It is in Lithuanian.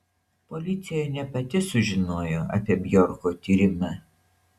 policija ne pati sužinojo apie bjorko tyrimą